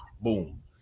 boom